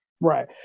Right